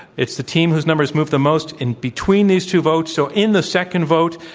it's the team whose numbers move the most and between these two votes. so in the second vote,